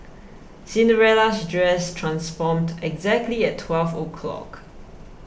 Cinderella's dress transformed exactly at twelve o'clock